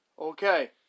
Okay